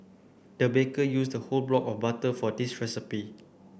the baker used a whole block of butter for this recipe